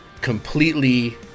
Completely